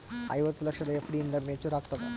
ಐವತ್ತು ಲಕ್ಷದ ಎಫ್.ಡಿ ಎಂದ ಮೇಚುರ್ ಆಗತದ?